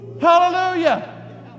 Hallelujah